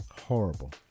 Horrible